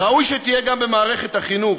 ראוי שתהיה גם במערכת החינוך.